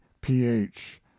ph